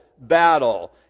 battle